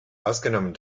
ausgenommen